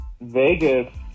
Vegas